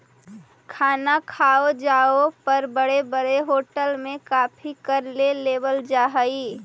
खाना खाए जाए पर बड़े बड़े होटल में काफी कर ले लेवल जा हइ